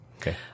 Okay